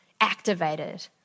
activated